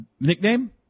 Nickname